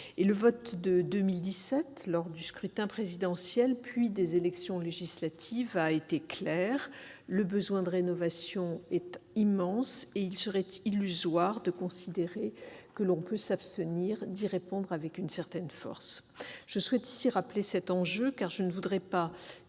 Le vote de 2017, lors du scrutin présidentiel puis des élections législatives, a été clair : le besoin de rénovation est immense, et il serait illusoire de penser qu'on peut se dispenser d'y répondre avec une certaine force. J'insiste sur cet enjeu, car je ne voudrais pas